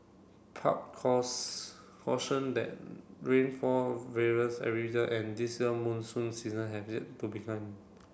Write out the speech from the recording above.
PUB cause cautioned that rainfall various every year and this year monsoon season has yet to began